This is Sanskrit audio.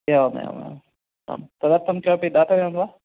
एवमेवमेवम् आं तदर्थं किमपि दातव्यं वा